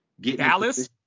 Dallas